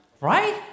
Right